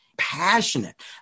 Passionate